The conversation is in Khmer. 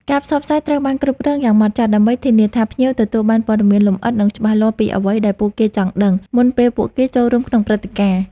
ការផ្សព្វផ្សាយត្រូវបានគ្រប់គ្រងយ៉ាងម៉ត់ចត់ ដើម្បីធានាថាភ្ញៀវទទួលបានព័ត៌មានលម្អិត និងច្បាស់លាស់ពីអ្វីដែលពួកគេចង់ដឹង មុនពេលពួកគេចូលរួមក្នុងព្រឹត្តិការណ៍។